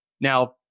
Now